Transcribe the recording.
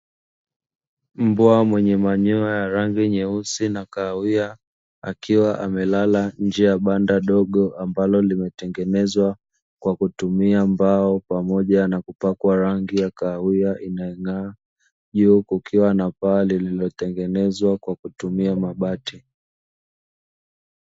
Mbwa mwenye manyoya ya rangi nyeusi na kahawia akiwa amelala nje ya banda dogo ambalo limetengenezwa kwa kutumia mbao pamoja na kupakwa rangi ya kahawia inayong'aa juu kukiwa na paa lililotengenezwa kwa kutumia mabati.